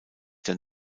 der